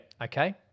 Okay